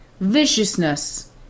viciousness